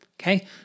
Okay